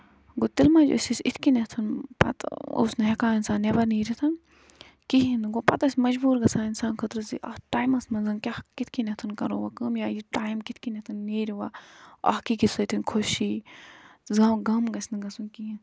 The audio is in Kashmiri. گوٚو تِلہٕ مۄنجہِ ٲسۍ أسۍ یِتھ کنیتھ پَتہٕ اوس نہٕ ہٮ۪کان انسان نیٚبر نیٖرِتھ کِہیٖنۍ نہٕ گوٚو پَتہٕ ٲسۍ مِجبوٗر گژھان اِنسان خٲطرٕ زِ اَتھ ٹایمَس منٛز کیاہ کِتھ کنیتھ کرو ہوٚ کٲم یا یہِ ٹایم کِتھ کَنیتھ نیرِ وۄنۍ اکھ أکِس سۭتۍ خوشی زم غم گژھِنہٕ گژھُن کِہیٖنۍ